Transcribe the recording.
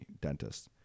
dentist